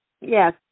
Yes